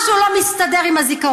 משהו לא מסתדר עם הזיכרון.